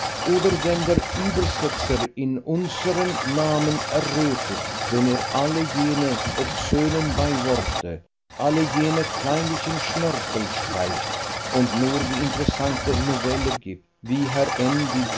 oder wenn der übersetzer in unserem namen errötet wenn er alle jene obszönen beiworte alle jene kleinlichen schnörkel streicht und nur die interessante novelle gibt wie herr